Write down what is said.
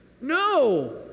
No